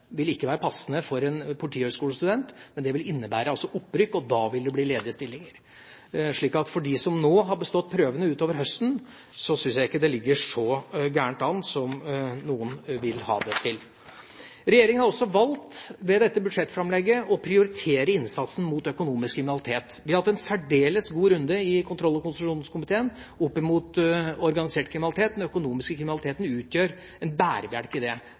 vil ikke være passende for en politihøyskolestudent. Det vil innebære opprykk, og da vil det bli ledige stillinger. Så for dem som nå består prøvene utover høsten, syns jeg ikke det ligger så galt an som noen vil ha det til. Regjeringa har også med dette budsjettframlegget valgt å prioritere innsatsen mot økonomisk kriminalitet. Vi har hatt en særdeles god runde i kontroll- og konstitusjonskomiteen når det gjelder organisert kriminalitet. Den økonomiske kriminaliteten utgjør en bærebjelke i dette. Det